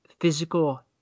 physical